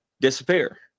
disappear